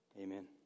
Amen